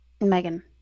Megan